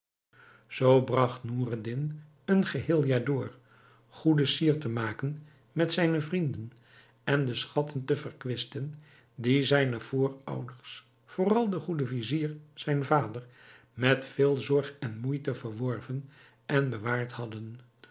zoo bragt noureddin een geheel jaar door goede sier te maken met zijne vrienden en de schatten te verkwisten die zijne voorouders vooral de goede vizier zijn vader met veel zorg en moeite verworven en bewaard hadden